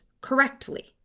correctly